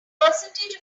percentage